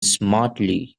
smartly